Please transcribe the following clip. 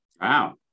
Wow